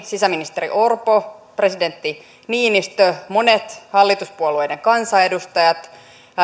sisäministeri orpo presidentti niinistö monet hallituspuolueiden kansanedustajat